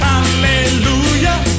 Hallelujah